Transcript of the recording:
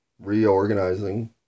reorganizing